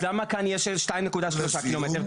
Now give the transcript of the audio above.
אז למה כאן יש 2.3 קילומטר?